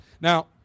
Now